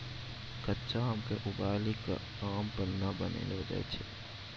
कच्चा आम क उबली कॅ आम पन्ना बनैलो जाय छै